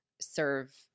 serve